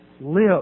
live